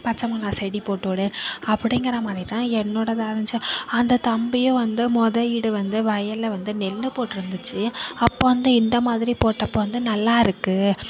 பச்சை மொளவாக செடி போட்டுவிடு அப்படிங்குற மாதிரி தான் என்னோட அந்த தம்பியும் வந்து முத ஈடு வந்து வயலில் வந்து நெல் போட்ருந்துச்சு அப்போ வந்து இந்த மாதிரி போட்ட அப்போ வந்து நல்லா இருக்கு